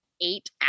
eight